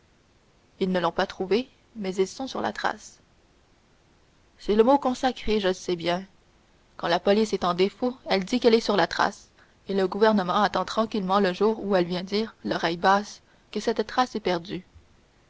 ils ne l'ont pas trouvé mais ils sont sur la trace c'est le mot consacré je le sais bien quand la police est en défaut elle dit qu'elle est sur la trace et le gouvernement attend tranquillement le jour où elle vient dire l'oreille basse que cette trace est perdue